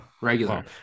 regular